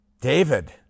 David